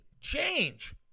change